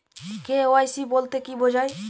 KYC বলতে কি বোঝায়?